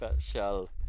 shell